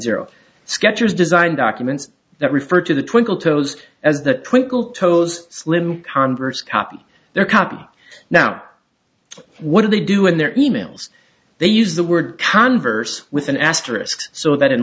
zero skechers design documents that refer to the twinkle toes as that twinkle toes slim converse copy their copy now what do they do in their e mails they use the word converse with an asterisk so that in